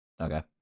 Okay